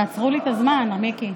תעצרו לי את הזמן, מיקי.